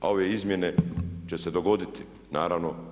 A ove izmjene će se dogoditi, naravno.